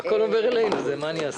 הכול עובר אלינו, מה אני אעשה.